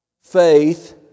Faith